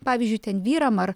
pavyzdžiui ten vyram ar